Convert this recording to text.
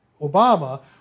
Obama